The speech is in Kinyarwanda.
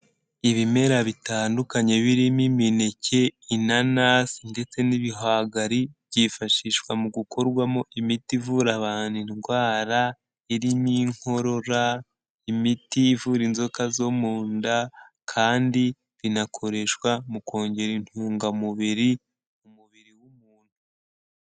Ibimera bitandukanye birimo imineke, inanasi ndetse n'ibihwagari, byifashishwa mu gukorwamo imiti ivura abantu indwara irimo inkorora, imiti ivura inzoka zo mu nda, kandi binakoreshwa mu kongera intungamubiri mu mubiri w'umuntu.